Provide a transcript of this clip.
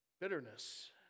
Bitterness